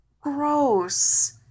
Gross